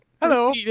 hello